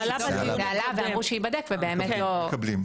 זה עלה ואמרו שייבדק, אבל לא הופנו אלינו המספרים.